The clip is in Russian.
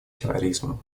терроризмом